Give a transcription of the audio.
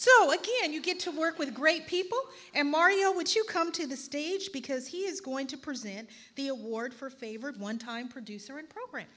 lucky and you get to work with great people and mario would you come to the stage because he is going to present the award for favorite one time producer and program